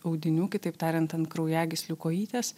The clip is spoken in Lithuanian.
audinių kitaip tariant ant kraujagyslių kojytės